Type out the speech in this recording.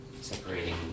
separating